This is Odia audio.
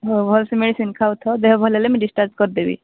ହଉ ଭଲ ସେ ମେଡିସିନ ଖାଉଥାଅ ଦେହ ଭଲ ହେଲେ ମୁଁ ଡିସଚାର୍ଜ କରିଦେବି